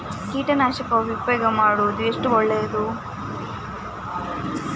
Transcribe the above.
ಕೀಟನಾಶಕ ಉಪಯೋಗ ಮಾಡುವುದು ಎಷ್ಟು ಒಳ್ಳೆಯದು?